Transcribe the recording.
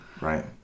Right